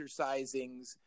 exercisings